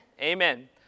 Amen